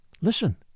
Listen